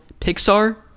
Pixar